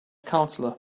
counselor